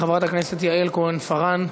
חברת הכנסת יעל כהן-פארן,